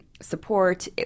support